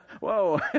whoa